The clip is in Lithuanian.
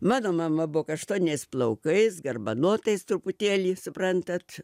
mano mama buvo kaštoniniais plaukais garbanotais truputėlį suprantat